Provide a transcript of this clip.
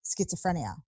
schizophrenia